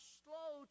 slow